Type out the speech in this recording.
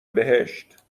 بهشت